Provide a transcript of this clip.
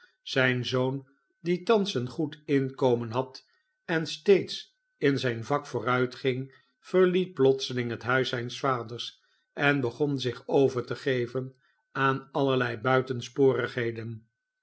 zijn zoon die thans een goed inkomen had en steeds in zijn vak vooruitging verliet plotseling het huis zijns vaders en begon zich over te geven aan allerlei buitensporigheden